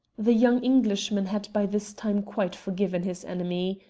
the young englishman had by this time quite forgiven his enemy.